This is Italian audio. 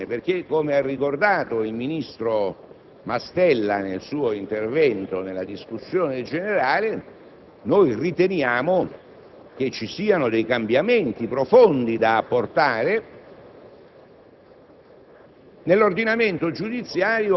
Non ha proposto l'abrogazione perché, come ha ricordato il ministro Mastella nel suo intervento prima della discussione generale, noi riteniamo che ci siano dei cambiamenti profondi da apportare